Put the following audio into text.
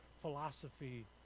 philosophy